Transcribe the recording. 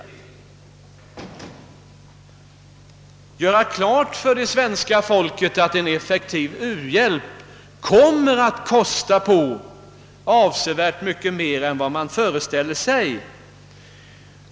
Vi bör göra klart för det svenska folket att en effektiv u-hjälp kommer att kosta avsevärt mer än vad man eventuellt föreställer sig.